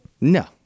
no